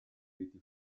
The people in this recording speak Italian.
riti